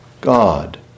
God